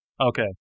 Okay